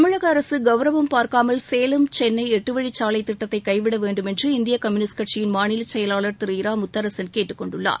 தமிழக அரசு கவுரம் பார்க்காமல் சேலம் சென்னை எட்டு வழி சாலை திட்டத்தை கைவிட வேண்டும் என்று இந்திய கம்யூனிஸ்ட் கட்சியின் மாநில செயலர் திரு இரா முத்தரசன் கேட்டுக்கொண்டுள்ளார்